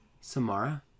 Samara